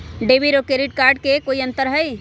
Debit और credit card में कई अंतर हई?